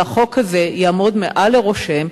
והחוק הזה יעמוד מעל לראשיהם,